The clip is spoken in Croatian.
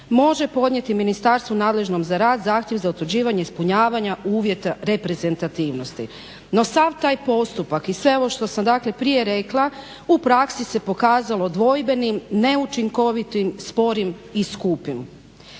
može podnijeti ministarstvu nadležnost za rad zahtjev za utvrđivanje ispunjavanja uvjeta reprezentativnosti. No, sav taj postupak i sve ovo što sam dakle prije rekla u praksi se pokazalo dvojbenim, neučinkovitim, sporim i skupim.